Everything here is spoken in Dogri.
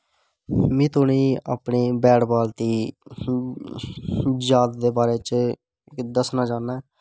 में तुसें अपने बैट बॉल दी जाद दे बारे च दस्सना चाह्न्ना